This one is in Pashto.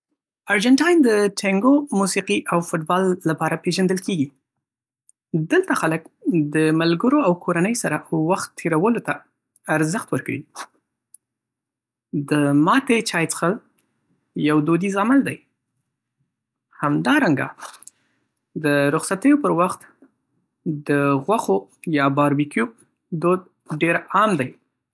ارجنټاین د ټنګو موسیقۍ او فوټبال لپاره پېژندل کېږي. دلته خلک د ملګرو او کورنۍ سره وخت تېرولو ته ارزښت ورکوي. د "ماتې" چای څښل یو دودیز عمل دی. همدارنګه، د رخصتیو پر وخت د غوښې یا باربیکیو دود ډېر عام دی.